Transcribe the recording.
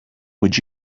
would